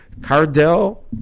Cardell